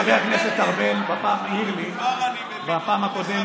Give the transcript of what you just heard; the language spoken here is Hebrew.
חבר הכנסת ארבל, עוד לא קיבלתי, הילד השקט.